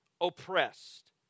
oppressed